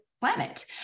planet